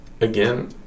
again